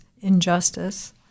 injustice